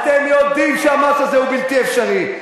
אתם יודעים שהמס הזה הוא בלתי אפשרי,